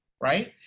right